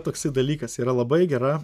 toksai dalykas yra labai gera